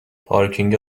پارکینگ